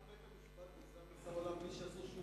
סתם בית-המשפט גזר מאסר עולם, בלי שעשו שום פשע?